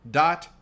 dot